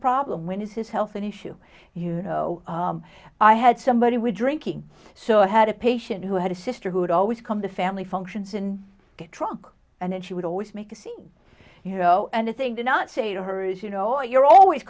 problem when it's his health an issue you know i had somebody with drinking so i had a patient who had a sister who would always come to family functions and get drunk and then she would always make a scene you know anything to not say to her is you know you're always